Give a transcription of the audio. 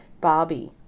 Barbie –